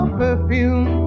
perfume